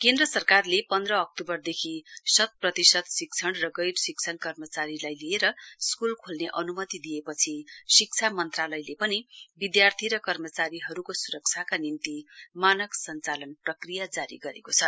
केन्द्र सरकारले पन्ध अक्तूबरदेखि शत प्रतिशत शिक्षण र गैरशिक्षण कर्मचारीलाई लिएर स्कूल खोल्ने अन्मति दिए पछि शिक्षा मन्त्रालयले पनि विधार्थी र कर्मचारीहरूको स्रक्षाका निम्ति मानक सञ्चालन प्रक्रिया जारी गरेको छ